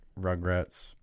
Rugrats